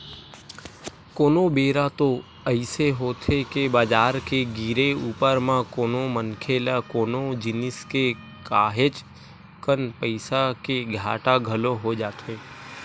कोनो बेरा तो अइसे होथे के बजार के गिरे ऊपर म कोनो मनखे ल कोनो जिनिस के काहेच कन पइसा के घाटा घलो हो जाथे